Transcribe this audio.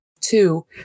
Two